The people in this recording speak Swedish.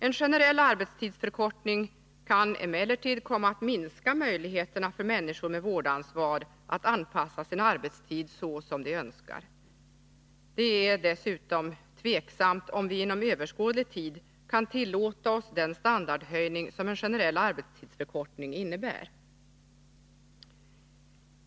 En generell arbetstidsförkortning kan emellertid komma att minska möjligheterna för människor med vårdansvar att anpassa sin arbetstid så som de önskar. Dessutom är det väl tveksamt om vi inom överskådlig tid kan tillåta oss den standardhöjning som en generell arbetstidsförkortning innebär.